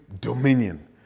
dominion